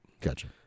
Gotcha